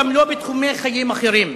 גם לא בתחומי חיים אחרים.